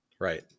Right